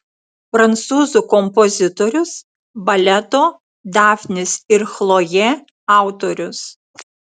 prancūzų kompozitorius baleto dafnis ir chlojė autorius